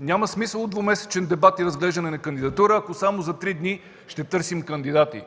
Няма смисъл от двумесечен дебат и разглеждане на кандидатура, ако само три дни ще търсим кандидати.